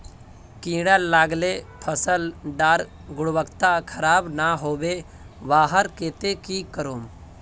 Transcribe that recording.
कीड़ा लगाले फसल डार गुणवत्ता खराब ना होबे वहार केते की करूम?